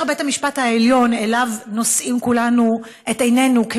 בבית המשפט העליון, שאליו נושאים כולנו, או